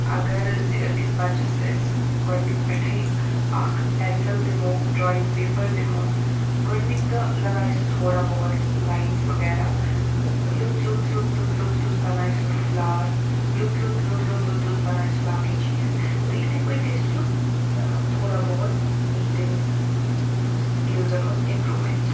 اگر زِ أکِس بَچَس أسۍ گۄڈنِکۍ پؠٹھٕے اَکھ پؠنسَل دِمو ڈرٛایِنٛگ پیپَر دِمو گۄڈنِکۍ دۄہ لَگایہِ سُہ تھوڑا بہت لایِنٕز وغیرہ لوٚت لوٚت لوٚت لوٚت لوٚت لوٚت بَنایہِ سُہ فٕلار لوٚت لوٚت لوٚت لوٚت لوٚت بَنایہِ سُہ باقٕے چیٖز تہٕ اِتھے پٲٹھۍ گژھِ سُہ تھوڑا بہت یی تٔمِس سِکِلزَن منٛز اِمپروٗمؠنٛٹ